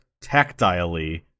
tactilely